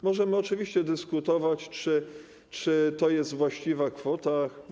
Możemy oczywiście dyskutować, czy to jest właściwa kwota.